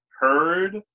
heard